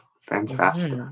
Fantastic